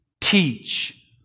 Teach